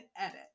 edit